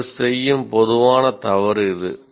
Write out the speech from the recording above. ஒருவர் செய்யும் பொதுவான தவறு இது